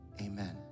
amen